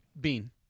Bean